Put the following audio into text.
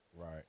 Right